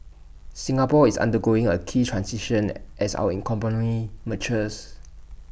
Singapore is undergoing A key transition as our in company matures